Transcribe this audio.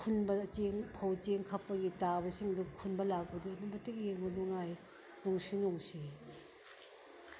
ꯈꯨꯟꯕꯗ ꯆꯦꯡ ꯐꯧ ꯆꯦꯡ ꯈꯞꯄꯒꯤ ꯇꯥꯕꯁꯤꯡꯗꯨ ꯈꯨꯟꯕ ꯂꯥꯛꯄꯗꯨ ꯑꯗꯨꯛ ꯃꯇꯤꯛ ꯌꯦꯡꯕ ꯅꯨꯡꯉꯥꯏ ꯅꯨꯡꯁꯨ ꯅꯨꯡꯁꯤ